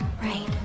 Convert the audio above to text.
right